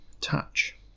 touch